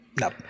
No